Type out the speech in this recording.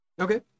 Okay